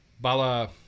Bala